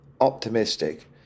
optimistic